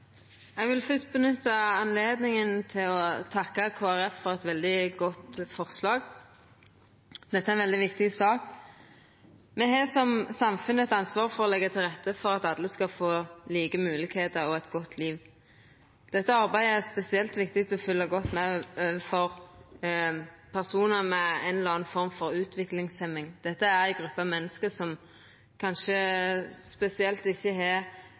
samfunn eit ansvar for å leggja til rette for at alle skal få like moglegheiter og eit godt liv. Dette arbeidet er spesielt viktig å følgja godt med på overfor personar med ei eller anna form for utviklingshemning. Dette er ei gruppe menneske som i kanskje spesiell grad ikkje alltid har